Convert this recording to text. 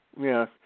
Yes